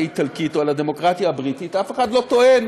האיטלקית או על הדמוקרטיה הבריטית אף אחד לא טוען